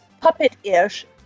puppet-ish